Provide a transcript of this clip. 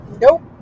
Nope